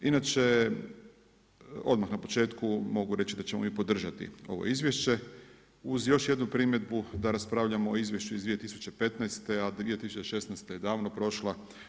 Inače odmah na početku mogu reći da ćemo mi podržati ovo izvješće uz još jednu primjedbu da raspravljamo o izvješću iz 2015., a 2016. je davno prošla.